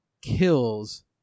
kills